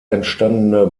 entstandene